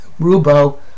Rubo